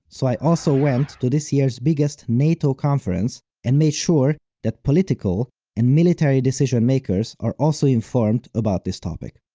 so i also went to this year's biggest nato conference and made sure that political and military decision makers are also informed about this topic.